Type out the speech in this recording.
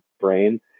brain